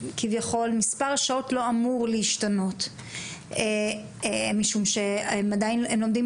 כביכול מספר השעות לא אמור להשתנות משום שהם מלמדים